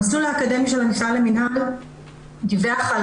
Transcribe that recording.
המסלול האקדמי של המכללה למינהל דיווח על